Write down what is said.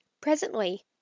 presently